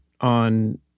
on